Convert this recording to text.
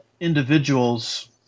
Individuals